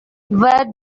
where